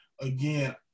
again